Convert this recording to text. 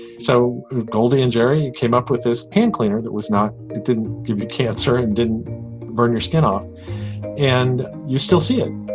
so goldie and gerri came up with this hand cleaner that was not it didn't give you cancer, and didn't burn your skin off and you're still seeing